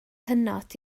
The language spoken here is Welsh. hynod